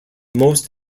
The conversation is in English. most